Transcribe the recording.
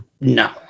No